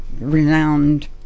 renowned